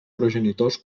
progenitors